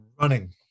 running